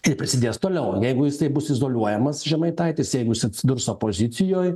ir prasidės toliau negu jis taip bus izoliuojamas žemaitaitis jeigu jis atsidurs opozicijoj